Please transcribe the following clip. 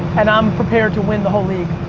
and i'm prepared to win the whole league.